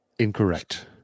Incorrect